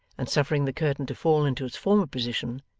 and suffering the curtain to fall into its former position,